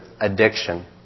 addiction